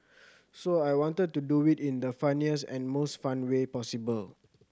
so I wanted to do it in the funniest and most fun way possible